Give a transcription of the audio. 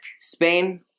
Spain